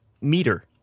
meter